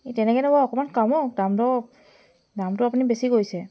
এই তেনেকৈতো অকণমান কমাওক দাম দৰ দামটো আপুনি বেছি কৰিছে